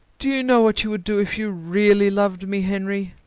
do you know what you would do if you really loved me, henry?